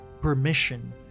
permission